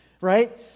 right